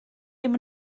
ddim